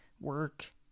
work